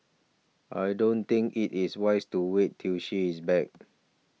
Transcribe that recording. I don't think it is wise to wait till she is back